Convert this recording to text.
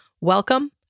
welcome